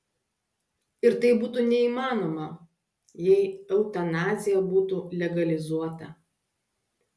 ir tai būtų neįmanoma jei eutanazija būtų legalizuota